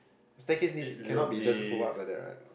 staircase this cannot be just go up like the